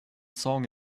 song